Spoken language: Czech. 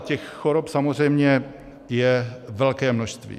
Těch chorob samozřejmě je velké množství.